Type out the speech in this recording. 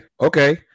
Okay